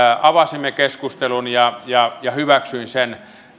avasimme keskustelun ja ja hyväksyin sen